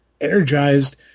energized